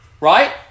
Right